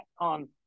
on